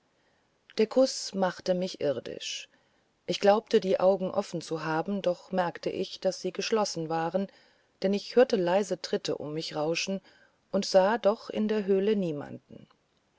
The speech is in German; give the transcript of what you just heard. der kuß machte mich irdisch ich glaubte die augen offen zu haben doch merkte ich daß sie geschlossen waren denn ich hörte leise tritte um mich rauschen und sah doch in der höhle niemanden